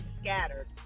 scattered